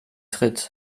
tritt